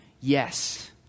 Yes